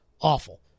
awful